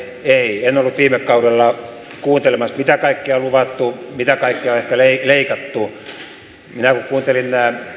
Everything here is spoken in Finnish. ei en ollut viime kaudella kuuntelemassa mitä kaikkea on luvattu mitä kaikkea on ehkä leikattu minä kuuntelin